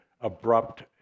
abrupt